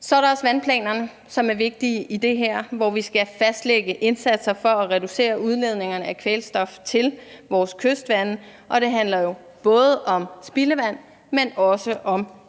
Så er der også vandplanerne, som er vigtige i det her, hvor vi skal fastlægge indsatser for at reducere udledningen af kvælstof til vores kystvande, og det handler jo både om spildevand, men også om